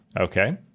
Okay